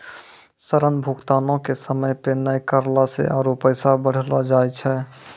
ऋण भुगतानो के समय पे नै करला से आरु पैसा बढ़लो जाय छै